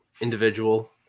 individual